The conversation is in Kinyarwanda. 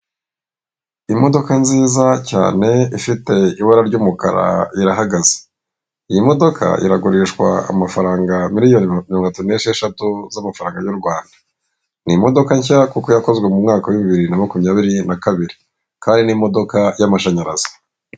Imodoka nziza cyane ifite ibara ry'umukara irahagaze, iyi modoka iragurishwa amafaranga miliyoni ma mirongotu n'esheshatu z'amafaranga y'u Rwanda. N'imodoka nshya kuko yakozwe mu mwaka wa bibiri na makumyabiri na kabiri kandi n'imodoka y'amashanyarazi.